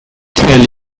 tell